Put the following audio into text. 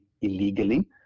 illegally